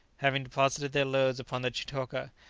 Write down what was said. having deposited their loads upon the chitoka,